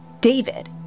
David